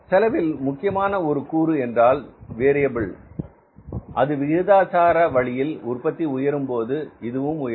செலவில் முக்கியமான ஒரு கூறு என்றால் வேரியபில் அது விகிதாச்சார வழியில் உற்பத்தி உயரும் போது இதுவும் உயரும்